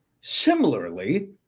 Similarly